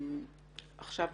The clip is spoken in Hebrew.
עכשיו,